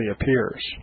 appears